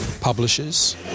publishers